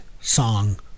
song